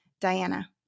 Diana